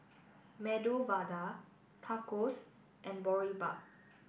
Medu Vada Tacos and Boribap